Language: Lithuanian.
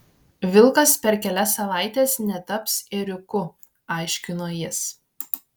vilkas per kelias savaites netaps ėriuku aiškino jis